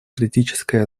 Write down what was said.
критической